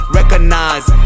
Recognize